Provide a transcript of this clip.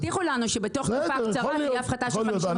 הבטיחו לנו שבתוך תקופה קצרה תהיה הפחתה של 50% ורפורמה.